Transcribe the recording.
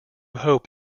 hope